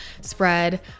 spread